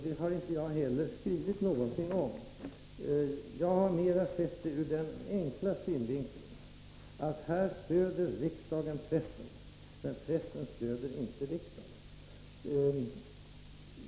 Det har jag inte heller skrivit någonting om. Jag har mera sett det ur den enkla synvinkeln att här stöder riksdagen pressen, men pressen stöder inte riksdagen.